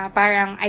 parang